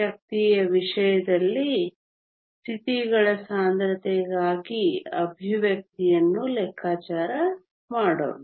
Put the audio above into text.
ಶಕ್ತಿಯ ವಿಷಯದಲ್ಲಿ ಸ್ಥಿತಿಗಳ ಸಾಂದ್ರತೆಗಾಗಿ ಎಕ್ಸ್ಪ್ರೆಶನ್ ಅನ್ನು ಲೆಕ್ಕಾಚಾರ ಮಾಡೋಣ